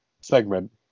segment